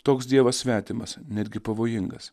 toks dievas svetimas netgi pavojingas